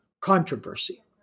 controversy